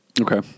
Okay